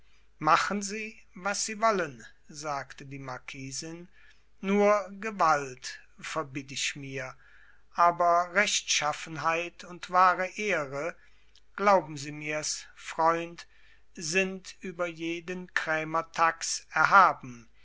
machen sie was sie wollen sagte die marquisin nur gewalt verbitt ich mir aber rechtschaffenheit und wahre ehre glauben sie mirs freund sind über jeden krämertax erhaben